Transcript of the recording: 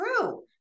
true